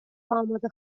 آماده